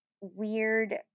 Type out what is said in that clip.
weird